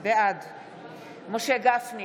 בעד משה גפני,